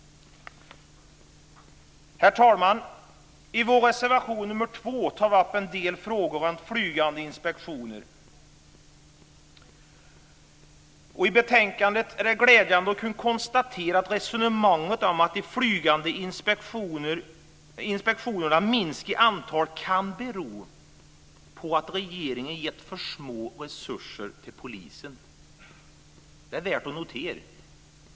Herr talman! I vår reservation nr 2 tar vi upp en del frågor om flygande inspektioner. Det är glädjande att kunna konstatera att resonemanget i betänkandet om att antalet flygande inspektioner har minskat kan bero på att regeringen har gett för små resurser till polisen. Det är värt att notera.